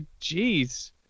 jeez